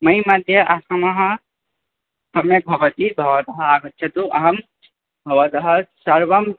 मै मध्ये आसमः सम्यक् भवति भवतः आगच्छतु अहं भवतः सर्वं